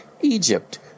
Egypt